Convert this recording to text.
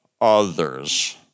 others